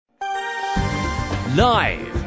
Live